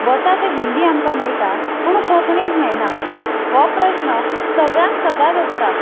वता थंय हिंदी आमका मेळटा पूण कोंकणीक मेळना हो प्रस्न सगळ्यांक सदांच आसता